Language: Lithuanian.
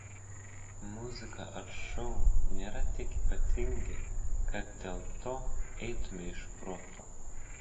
muzika ar šou nėra tiek ypatingi kad dėl to eitumei iš proto